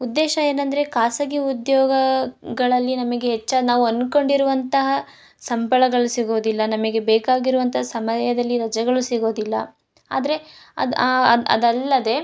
ಉದ್ದೇಶ ಏನಂದ್ರೆ ಖಾಸಗಿ ಉದ್ಯೋಗಗಳಲ್ಲಿ ನಮಗೆ ಹೆಚ್ಚಾಗಿ ನಾವು ಅನ್ಕೊಂಡಿರುವಂತಹ ಸಂಬಳಗಳು ಸಿಗೋದಿಲ್ಲ ನಮಗೆ ಬೇಕಾಗಿರುವಂತಹ ಸಮಯದಲ್ಲಿ ರಜಗಳು ಸಿಗೋದಿಲ್ಲ ಆದರೆ ಅದು ಅದು ಅದಲ್ಲದೆ